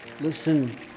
Listen